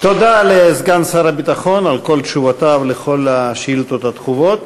תודה לסגן שר הביטחון על כל תשובותיו על כל השאילתות הדחופות.